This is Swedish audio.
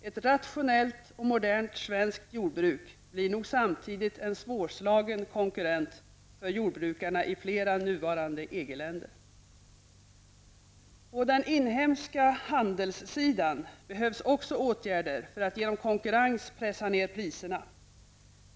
Ett rationellt och modernt svenskt jordbruk blir nog samtidigt en svårslagen konkurrent för jordbrukarna i flera nuvarande EG På den inhemska handelssidan behövs också åtgärder för att genom konkurrens pressa ned priserna.